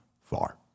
far